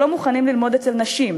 שלא מוכנים ללמוד אצל נשים.